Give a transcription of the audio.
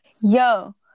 Yo